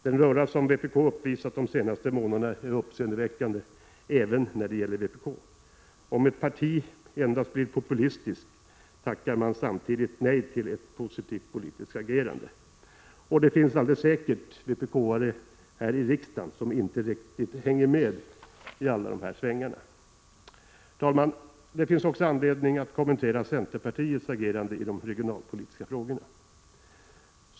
Den röra som vpk uppvisat de senaste månaderna är uppseendeväckande även för att gälla vpk. Om ett parti blir endast populistiskt tackar man samtidigt nej till ett positivt politiskt agerande. Det finns alldeles säkert vpk-are här i riksdagen som inte riktigt hänger med i alla de här svängarna. Herr talman! Det finns anledning att också kommentera centerpartiets agerande i de regionalpolitiska frågorna.